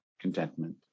contentment